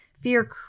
Fear